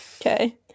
Okay